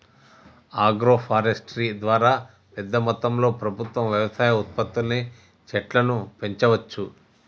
agro forestry ద్వారా పెద్ద మొత్తంలో ప్రభుత్వం వ్యవసాయ ఉత్పత్తుల్ని చెట్లను పెంచవచ్చు